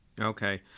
Okay